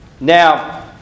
Now